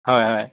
হয় হয়